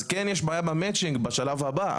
אז כן יש בעיה במצ'ינג בשלב הבא,